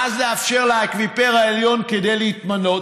ואז לאפשר לאקוויפר העליון להתמלא,